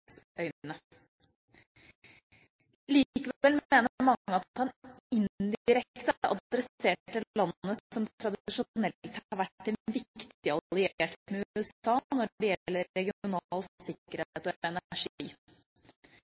Likevel mener mange at han indirekte adresserte landet, som tradisjonelt har vært en viktig alliert med USA når det gjelder regional sikkerhet og energi. Obama ga uttrykk for at «status quo er